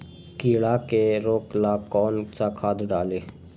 कीड़ा के रोक ला कौन सा खाद्य डाली?